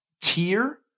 tier